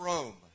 Rome